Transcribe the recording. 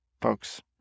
folks